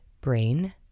brain